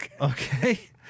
Okay